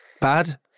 Bad